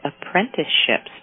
apprenticeships